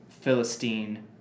Philistine